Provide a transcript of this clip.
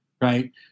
right